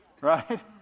right